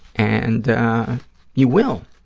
and you will,